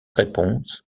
réponse